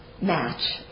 match